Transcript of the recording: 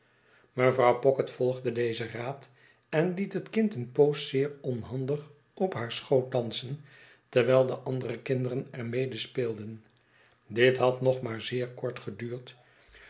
mevrouw pocket volgde dezen raad en liet het kind een poosje zeer onhandig op haar schoot dansen terwijl de andere kinderen er mede speelden dit had nog maar zeer kort geduurd